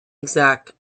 exact